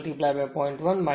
1 2